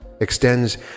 extends